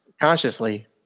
Consciously